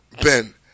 Ben